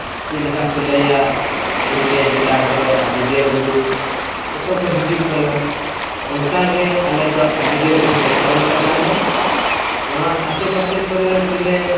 ᱪᱮᱫᱞᱮᱠᱟ ᱠᱚ ᱞᱟᱹᱭᱟ ᱯᱩᱨᱩᱞᱤᱭᱟᱹ ᱡᱮᱞᱟ ᱨᱮᱫᱚ ᱟᱡᱳᱫᱤᱭᱟ ᱵᱩᱨᱩ ᱠᱚᱛᱚᱠᱚ ᱦᱤᱡᱩᱜ ᱠᱟᱱᱟ ᱚᱱᱠᱟᱜᱮ ᱟᱞᱮᱫᱚ ᱟᱡᱳᱫᱤᱭᱟ ᱵᱩᱨᱩ ᱴᱚᱴᱷᱟᱨᱮᱱ ᱠᱟᱱᱟᱞᱮ ᱱᱚᱣᱟ ᱟᱥᱮᱯᱟᱥᱮ ᱠᱚᱨᱮᱱᱟᱜ ᱜᱮ ᱞᱮ